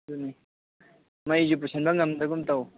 ꯑꯗꯨꯅꯤ ꯃꯩꯁꯨ ꯄꯨꯁꯤꯟꯕ ꯉꯝꯗꯒꯨꯝ ꯇꯧ